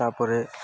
ତା'ପରେ